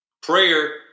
Prayer